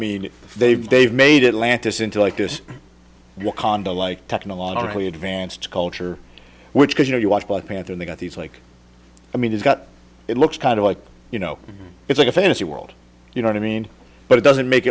mean they've they've made atlantis into like this condo like technologically advanced culture which has you know you watch by panther they got these like i mean it's got it looks kind of like you know it's like a fantasy world you know i mean but it doesn't make